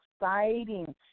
exciting